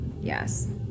Yes